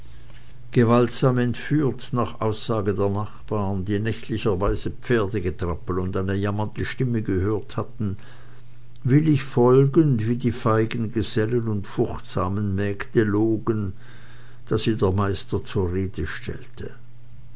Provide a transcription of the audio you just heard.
gewaltsam entführt nach der aussage der nachbarn die nächtlicherweile pferdegetrappel und eine jammernde stimme gehört hatten willig folgend wie die feigen gesellen und furchtsamen mägde logen da sie der meister zur rede stellte